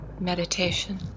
meditation